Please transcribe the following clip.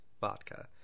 vodka